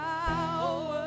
power